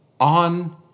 on